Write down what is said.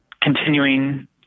continuing